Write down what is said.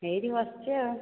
ଏହିଟି ବସିଛି ଆଉ